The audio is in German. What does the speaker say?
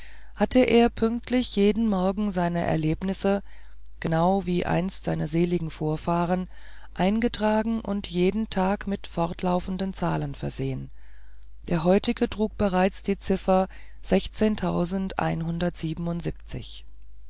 hatte er pünktlich jeden morgen seine erlebnisse genau wie einst seine seligen vorfahren eingetragen und jeden tag mit fortlaufenden zahlen versehen der heutige trug bereits die ziffer